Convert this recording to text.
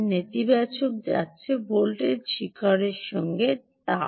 নেতিবাচক যাচ্ছে ভোল্টেজ শিখর সঙ্গে আপ